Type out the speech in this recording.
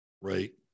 right